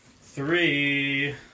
three